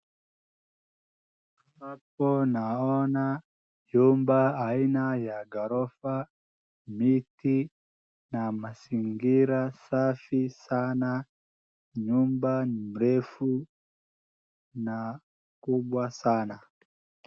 Hapo naona nyumba aina ya ghorofa, miti na mazingira safi sana. Nyumba ni mrefu na kubwa sana.